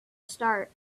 start